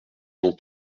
non